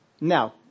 Now